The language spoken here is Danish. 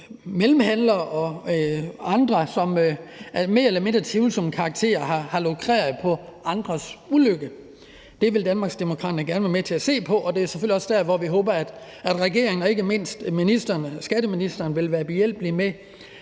mellemhandlere og andre af mere eller mindre tvivlsom karakter, der har lukreret på andres ulykke. Det vil Danmarksdemokraterne gerne være med til at se på, og det er selvfølgelig også der, hvor vi håber at regeringen og ikke mindst også skatteministeren vil være behjælpelig med,